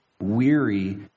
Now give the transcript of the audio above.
weary